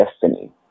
destiny